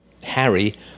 Harry